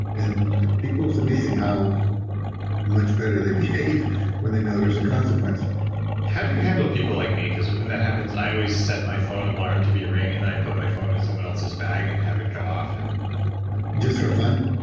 and people, it's amazing how much better they behave when they know there's a consequence how do you handle people like me, because when that happens, i always set my phone alarm to be ring and i put my phone in someone else's bag and have it go off and just for fun?